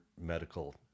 medical